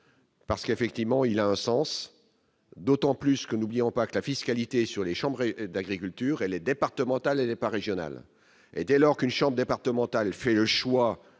Parce qu'effectivement il y a un sens d'autant plus que n'oublions pas que la fiscalité sur les chambres d'agriculture et les départementales pas régional et dès lors qu'une chambre départementale fait le choix